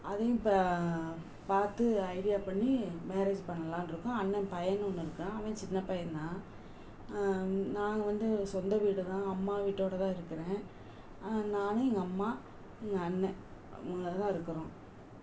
அதையும் இப்போ பார்த்து ஐடியா பண்ணி மேரேஜ் பண்ணலான்ட்ருக்கோம் அண்ணன் பையன் ஒன்று இருக்கான் அவன் சின்ன பையன் தான் நாங்கள் வந்து சொந்த வீடு தான் அம்மா வீட்டோட தான் இருக்கிறேன் நானும் எங்கள் அம்மா எங்கள் அண்ணன் மூணு பேர் தான் இருக்கிறோம்